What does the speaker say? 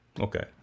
Okay